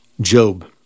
Job